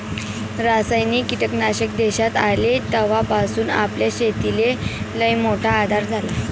रासायनिक कीटकनाशक देशात आले तवापासून आपल्या शेतीले लईमोठा आधार झाला